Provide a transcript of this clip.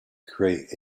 create